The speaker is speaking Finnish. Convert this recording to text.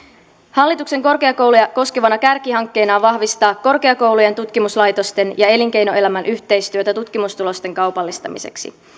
hallituksen korkeakouluja koskevana kärkihankkeena on vahvistaa korkeakoulujen tutkimuslaitosten ja elinkeinoelämän yhteistyötä tutkimustulosten kaupallistamiseksi